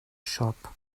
shop